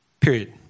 Period